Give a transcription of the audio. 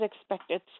expected